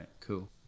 cool